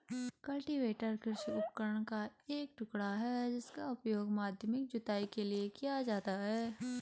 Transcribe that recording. cultivator कृषि उपकरण का एक टुकड़ा है जिसका उपयोग माध्यमिक जुताई के लिए किया जाता है